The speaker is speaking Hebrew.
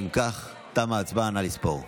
אם כך, תמה ההצבעה, נא לספור.